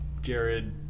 Jared